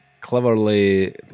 cleverly